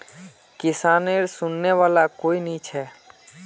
किसानेर सुनने वाला कोई नी छ